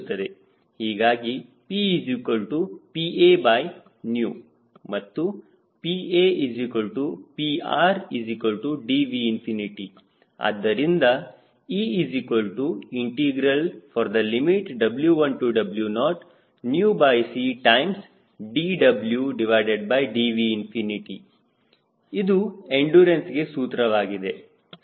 ಹೀಗಾಗಿ PPA ಮತ್ತು PAPRDV ಆದ್ದರಿಂದ EW1W0CdWDV ಇದು ಎಂಡುರನ್ಸ್ಗೆ ಸೂತ್ರವಾಗಿದೆ ಸರಿ